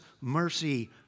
mercy